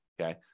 okay